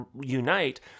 unite